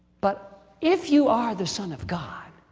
but if you are the son of god,